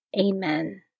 Amen